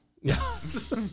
Yes